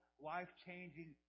life-changing